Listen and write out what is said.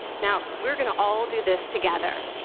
now we're going to all do this together.